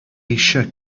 eisiau